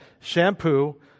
shampoo